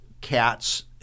cats